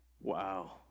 Wow